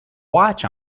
watch